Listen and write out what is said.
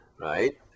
right